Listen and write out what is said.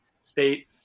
state